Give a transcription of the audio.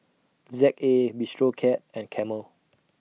Z A Bistro Cat and Camel